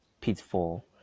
pitfall